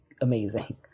amazing